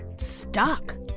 stuck